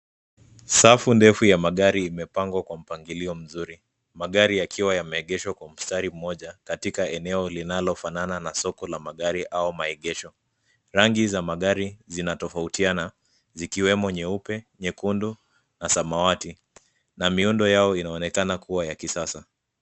Safu ndefu ya magari imepangwa kwa mpangilio mzuri. Magari yakiwa yameegeshwa kwa mstari mmoja katika eneo linalofanana na soko la magari au maegesho. Rangi za magari zinatofautiana zikiwemo nyeupe, nyekundu na samawati na miundo yao inaonekana kuwa ya kisasa.